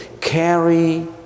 carry